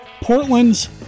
Portland's